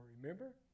Remember